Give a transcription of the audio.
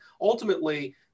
ultimately